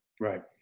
Right